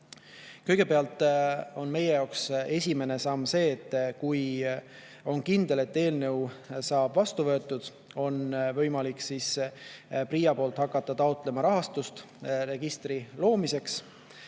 Kõigepealt, meie jaoks on esimene samm see, et kui on kindel, et eelnõu saab vastu võetud, siis on võimalik PRIA poolt hakata taotlema rahastust registri loomiseks.